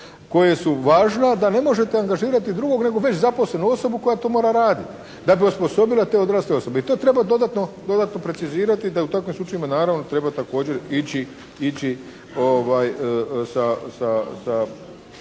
koja su važna ali da ne možete angažirati drugog već zaposlenu osobu koja to mora raditi, da bi osposobila te odrasle osobe. I to treba dodatno precizirati da u takvim slučajevima naravno treba također ići sa